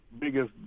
biggest